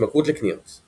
התמכרות לקניות –